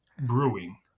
brewing